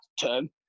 term